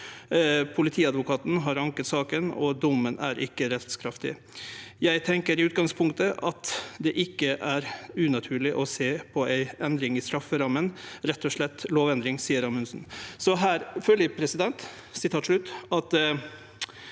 Politiadvokaten har anket saken, og dommen er ikke rettskraftig. – Jeg tenker i utgangspunktet at det ikke er unaturlig å se på ei endring i strafferammen. Rett og slett en lovendring, sier Amundsen.» Her føler eg at Framstegspartiet